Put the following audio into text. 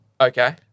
Okay